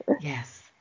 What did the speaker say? Yes